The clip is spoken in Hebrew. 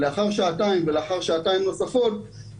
לאחר שעתיים ולאחר שעתיים נוספות,